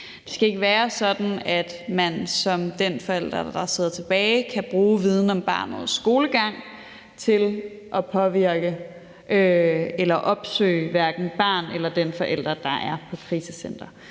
Det skal ikke være sådan, at man som den forælder, der sidder tilbage, kan bruge viden om barnets skolegang til at påvirke eller opsøge hverken barnet eller den forælder, der er på krisecenteret.